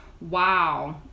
Wow